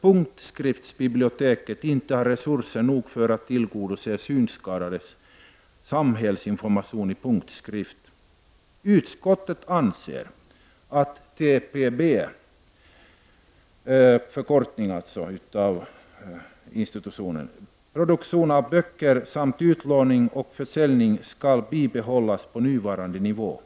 punktskriftsbiblioteket inte har resurser nog för att tillgodose synskadades behov av samhällsinformation i punktskrift. Utskottet anser att TPBs produktion av böcker samt utlåning och försäljning skall bibehållas på nuvarande nivå.